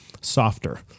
softer